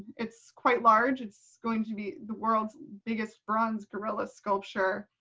it's quite large. it's going to be the world's biggest bronze gorilla sculpture